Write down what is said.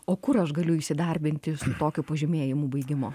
o kur aš galiu įsidarbinti su tokiu pažymėjimu baigimo